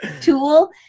tool